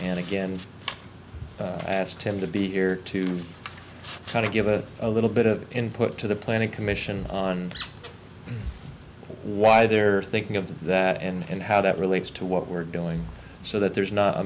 and again i asked him to be here to kind of give us a little bit of input to the planning commission on why they're thinking of that and how that relates to what we're doing so that there's not a